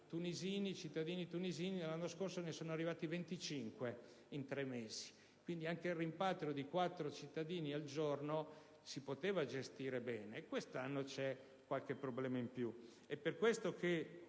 20.000 cittadini tunisini, l'anno scorso ne erano arrivati 25 (in tre mesi). Quindi, anche il rimpatrio di 3-4 cittadini al giorno si poteva gestire bene. Quest'anno c'è qualche problema in più. È per questo che,